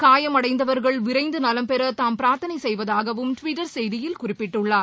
காயமடைந்தவர்கள் விரைந்து நலம் பெற தாம் பிராத்தனை செய்வதாகவும் டுவிட்டர் செய்தியில் குறிப்பிட்டுள்ளார்